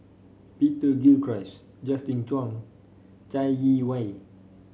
Peter Gilchrist Justin Zhuang Chai Yee Wei